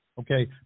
okay